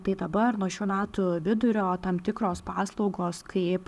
tai dabar nuo šių metų vidurio tam tikros paslaugos kaip